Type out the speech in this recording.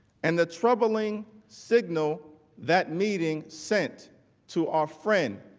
and the troubling signal that meeting sent to our friend,